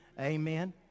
Amen